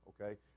okay